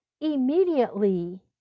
immediately